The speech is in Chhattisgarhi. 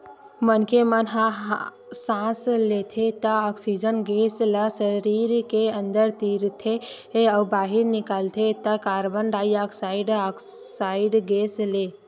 मनखे मन ह सांस लेथे त ऑक्सीजन गेस ल सरीर के अंदर तीरथे अउ बाहिर निकालथे त कारबन डाईऑक्साइड ऑक्साइड गेस ल